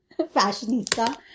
Fashionista